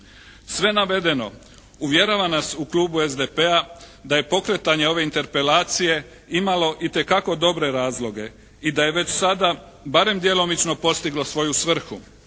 Sve navedeno uvjerava nas u klubu SDP-a da je pokretanje ove interpelacije imalo itekako dobre razloge i da je već sada barem djelomično postiglo svoju svrhu.